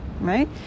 right